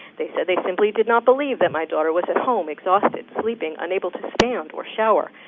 they said, they simply did not believe that my daughter was at home, exhausted, sleeping, unable to stand or shower.